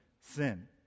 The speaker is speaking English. sin